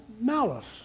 malice